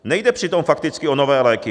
Nejde přitom fakticky o nové léky.